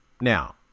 Now